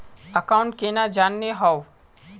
Account केना जाननेहव?